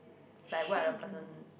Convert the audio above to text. like what a person